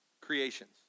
creations